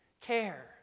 care